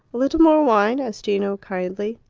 a little more wine? asked gino kindly.